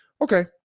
okay